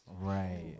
Right